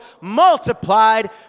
multiplied